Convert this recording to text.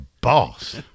boss